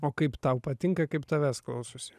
o kaip tau patinka kaip tavęs klausosi